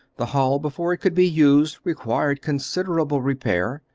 the hall, before it could be used, required considerable repair.